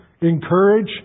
encourage